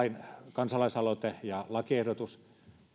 kansalaisaloite ja lakiehdotus